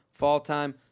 falltime